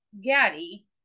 Gaddy